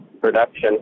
production